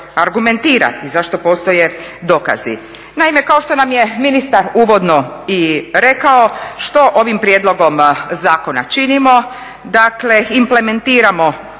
argumentira i za što postoje dokazi. Naime, kao što nam je ministar uvodno i rekao što ovim prijedlogom zakona činimo. Dakle, implementiramo